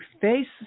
face